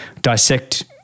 dissect